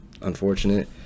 unfortunate